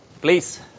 please